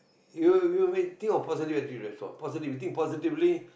you you may think of positive that's all positive you think positively